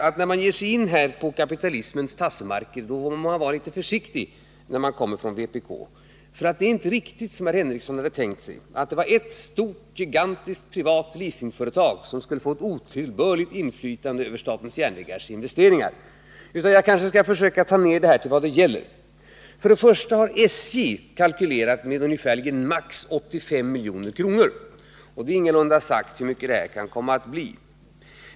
Men när man ger sig in på kapitalismens tassemarker må man vara litet försiktig, när man kommer från vpk. Det är nämligen inte riktigt, som herr Henriesson hade tänkt sig, att det var ett enda gigantiskt leasingföretag som skulle få ett otillbörligt inflytande över SJ:s investeringar. Jag kanske skall försöka ta ner det till vad det gäller. Först och främst har SJ kalkylerat med ungefär maximalt 85 milj.kr. — det är ingalunda sagt hur mycket det här kan komma att bli.